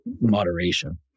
moderation